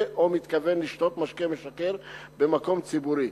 או מתכוון לשתות משקה משכר במקום ציבורי,